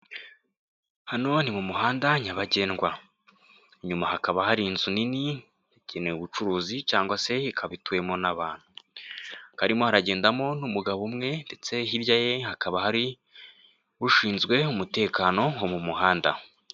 Hano ni mu muhanda nyabagendwa. Inyuma hakaba hari inzu nini, igenewe ubucuruzi cyangwa se ikaba ituwemo n'abantu. Hakaba harimo haragendamo n'umugabo umwe ndetse hirya ye hakaba hari ushinzwe umutekano wo mu muhanda.